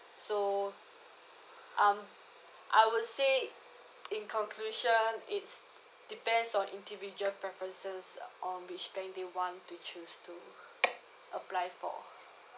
so um I would say in conclusion it's depends on individual preferences on which bank they want to choose to apply for